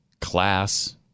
class